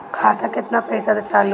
खाता केतना पैसा से चालु होई?